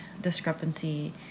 discrepancy